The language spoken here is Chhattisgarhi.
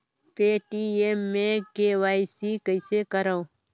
पे.टी.एम मे के.वाई.सी कइसे करव?